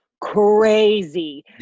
crazy